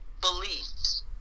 beliefs